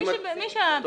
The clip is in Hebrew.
מי שהבחינה שלו מתבקשת.